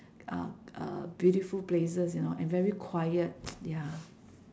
uh uh beautiful places you know and very quiet ya